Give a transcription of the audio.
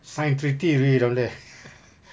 sign treaty already down there